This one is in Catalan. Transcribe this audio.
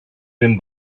ben